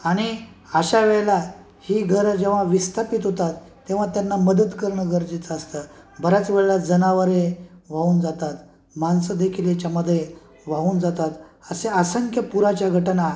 आणि अशा वेळेला ही घरं जेव्हा विस्थापित होतात तेव्हा त्यांना मदत करणं गरजेचं असतं बऱ्याच वेळेला जनावरे वाहून जातात माणसंदेखील ह्याच्यामध्ये वाहून जातात असे असंख्य पुराच्या घटना